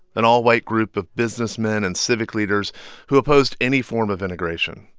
an all-white group of businessmen and civic leaders who opposed any form of integration.